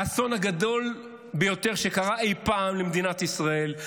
האסון הגדול ביותר שקרה אי פעם למדינת ישראל,